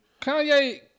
Kanye